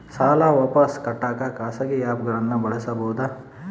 ಸಾಲ ವಾಪಸ್ ಕಟ್ಟಕ ಖಾಸಗಿ ಆ್ಯಪ್ ಗಳನ್ನ ಬಳಸಬಹದಾ?